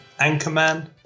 Anchorman